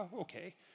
okay